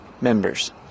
members